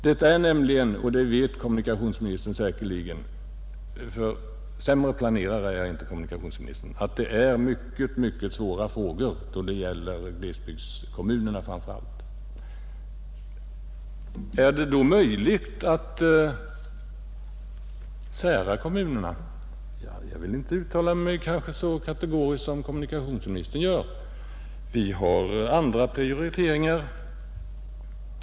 Det gäller nämligen, som kommunikationsministern säkerligen vet — sämre planerare är han inte —, mycket svåra frågor, framför allt för glesbygdskommunerna. Är det då möjligt att sära på kommunerna? Ja, jag vill inte uttala mig så kategoriskt som kommunikationsministern gör. Vi har andra prioriteringar.